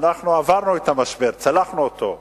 עברנו את המשבר, צלחנו אותו.